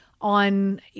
on